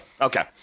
Okay